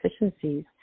efficiencies